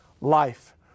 life